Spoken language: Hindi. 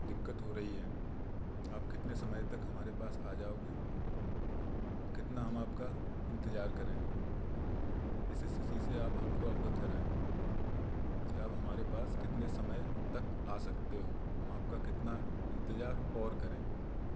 दिक्कत हो रही है आप कितने समय तक हमारे पास आ जाओगे कितना हम आपका इंतजार करें इस स्थिति से आप हमको अवगत कराएं कि अब हमारे पास कितने समय तक आ सकते हो हम आपका कितना इंतजार और करें